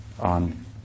on